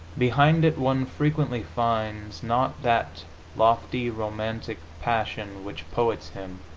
behind it one frequently finds, not that lofty romantic passion which poets hymn,